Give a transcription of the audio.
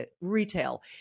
retail